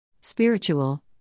Spiritual